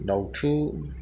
दाउथु